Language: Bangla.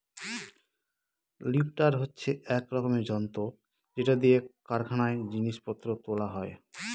লিফ্টার হচ্ছে এক রকমের যন্ত্র যেটা দিয়ে কারখানায় জিনিস পত্র তোলা হয়